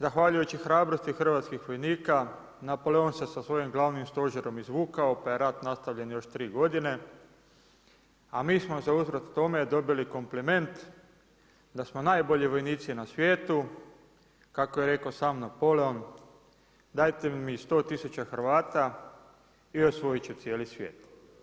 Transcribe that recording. Zahvaljujući hrabrosti hrvatskih vojnika Napoleon se sa svojim glavnim stožerom izvukao, pa je rat nastavljen još 3 godine, a mi smo za uzvrat tome, dobili kompliment, da samo najbolji vojnici na svijetu kako je rekao sam Napoleon, dajte mi 100 tisuća Hrvata i osvojit ću cijeli svijet.